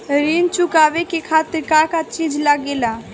ऋण चुकावे के खातिर का का चिज लागेला?